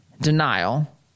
denial